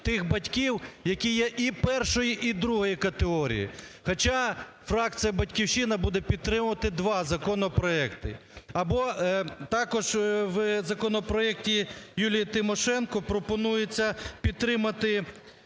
тих батьків, які є і І і ІІ категорії, хоча фракція "Батьківщина" буде підтримувати два законопроекти. Або також в законопроекті Юлії Тимошенко пропонується підтримати